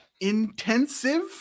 intensive